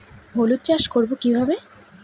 হলুদ চাষ করব কিভাবে?